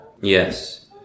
yes